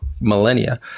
millennia